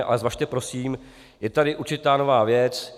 Ale zvažte prosím, je tady určitá nová věc.